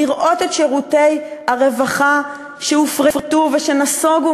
לראות את שירותי הרווחה שהופרטו ושנסוגו